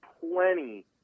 plenty